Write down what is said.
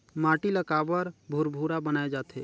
माटी ला काबर भुरभुरा बनाय जाथे?